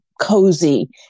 cozy